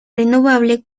renovable